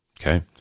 Okay